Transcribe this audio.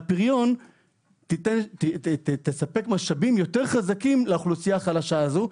פריון תספק משאבים יותר חזקים לאוכלוסייה החלשה הזו.